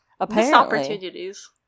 Opportunities